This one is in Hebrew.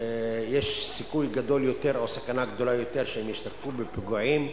ויש סיכוי גדול יותר או סכנה גדולה יותר שהם ישתתפו בפיגועים.